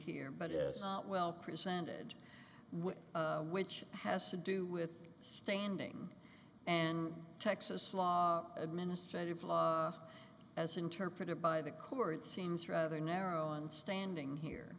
here but is well presented which has to do with standing and texas law administrative law as interpreted by the court seems rather narrow on standing here